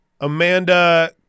Amanda